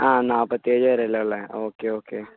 ആ നാൽപ്പത്തേഴ് പേരാ അല്ലേ ഉള്ളത് ഓക്കെ ഓക്കെ